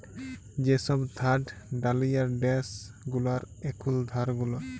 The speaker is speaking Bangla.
যে সব থার্ড ডালিয়ার ড্যাস গুলার এখুল ধার গুলা